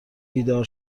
بیدار